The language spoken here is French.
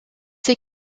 ces